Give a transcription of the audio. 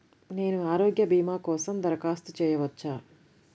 నేను ఆరోగ్య భీమా కోసం దరఖాస్తు చేయవచ్చా?